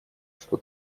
что